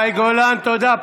מאי גולן, תודה.